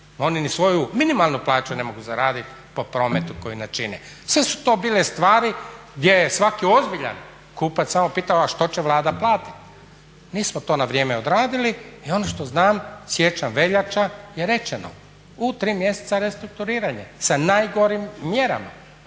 Oni ni svoju minimalnu plaću ne mogu zaradit po prometu koji načini. Sve su to bile stvari gdje je svaki ozbiljan kupac samo pitao a što će Vlada platiti. Nismo to na vrijeme odradili i ono što znam, siječanj, veljača je rečeno u tri mjeseca restrukturiranje sa najgorim mjerama,